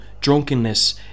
drunkenness